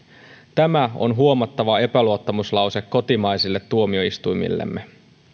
tämä on huomattava epäluottamuslause kotimaisille tuomioistuimillemme